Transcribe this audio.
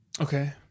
Okay